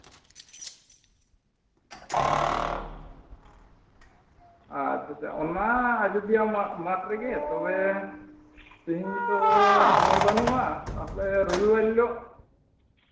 ᱟᱪᱪᱷᱟ ᱪᱷᱟ ᱚᱱᱟ ᱟᱡᱚᱫᱤᱭᱟᱹ ᱢᱟᱴᱷ ᱨᱮᱜᱮ ᱛᱚᱵᱮ ᱛᱮᱦᱮᱧ ᱛᱚ ᱥᱚᱢᱚᱭ ᱵᱟᱹᱱᱩᱜᱼᱟ ᱛᱟᱦᱞᱮ ᱨᱚᱵᱤ ᱵᱟᱨ ᱦᱤᱞᱳᱜ